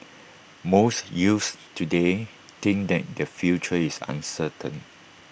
most youths today think that their future is uncertain